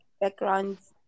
backgrounds